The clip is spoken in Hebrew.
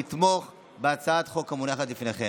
לתמוך בהצעת החוק המונחת לפניכם.